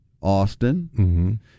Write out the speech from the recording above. Austin